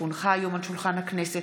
כי הונחה היום על שולחן הכנסת,